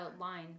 line